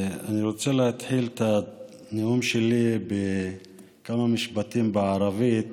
אני רוצה להתחיל את הנאום שלי בכמה משפטים בערבית